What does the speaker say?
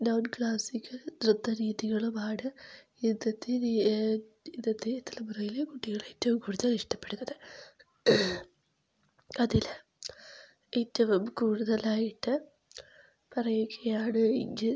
non classical നൃത്തരീതികളുമാണ് ഇന്നത്തെ ഇന്നത്തെ തലമുറയിലെ കുട്ടികളേറ്റവും കൂടുതൽ ഇഷ്ടപ്പെടുന്നത് അതില് ഏറ്റവും കൂടുതലായിട്ട് പറയുകയാണ് എങ്കിൽ